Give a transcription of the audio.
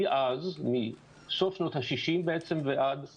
מאז, מסוף שנות השישים בעצם ועד היום.